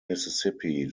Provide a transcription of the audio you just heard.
mississippi